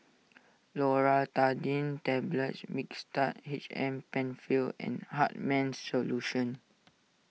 Loratadine Tablets Mixtard H M Penfill and Hartman's Solution